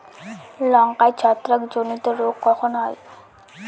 লঙ্কায় ছত্রাক জনিত রোগ কখন হয়?